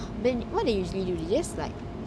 then what do you usually do you just like